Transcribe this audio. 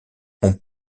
ont